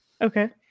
Okay